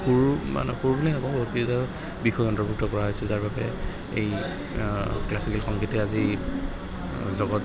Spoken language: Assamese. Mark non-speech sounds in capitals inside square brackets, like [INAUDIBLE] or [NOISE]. সৰু মানে সৰু বুলি নকওঁ [UNINTELLIGIBLE] বিষয় অন্তৰ্ভুক্ত কৰা হৈছে যাৰ বাবে এই ক্লাছিকেল সংগীতে আজি জগত